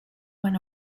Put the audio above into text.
when